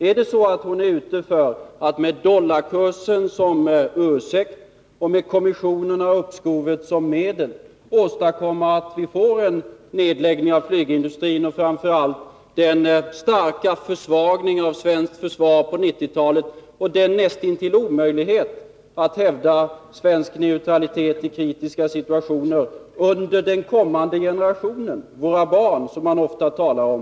Är det så att hon är ute för att med dollarkursen som ursäkt och med kommissionerna och uppskoven som medel åstadkomma att vi får en nedläggning av flygindustrin? Vi skulle framför allt få en försvagning av svenskt försvar på 1990-talet, och det skulle bli nästintill omöjligt att hävda svensk neutralitet i kritiska situationer under den kommande generationen — våra barn, som man ofta talar om.